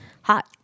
hot